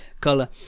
color